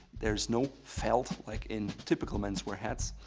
there's no felt, like in typical menswear hats,